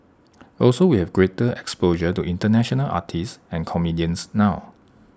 also we have greater exposure to International artists and comedians now